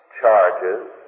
charges